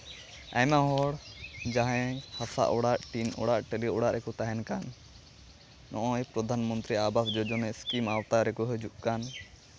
ᱟᱭᱢᱟ ᱦᱚᱲ ᱡᱟᱦᱟᱸᱭ ᱦᱟᱥᱟ ᱚᱲᱟᱜ ᱴᱤᱱ ᱚᱲᱟᱜ ᱴᱟᱹᱞᱤ ᱚᱲᱟᱜ ᱨᱮᱠᱚ ᱛᱟᱦᱮᱱ ᱠᱟᱱ ᱱᱚᱜᱼᱚᱭ ᱯᱨᱚᱫᱷᱟᱱ ᱢᱚᱱᱛᱨᱤ ᱟᱵᱟᱥ ᱡᱳᱡᱚᱱᱟ ᱥᱠᱤᱢ ᱟᱣᱛᱟ ᱨᱮᱠᱚ ᱦᱟᱹᱡᱩᱜ ᱠᱟᱱ